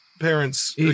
parents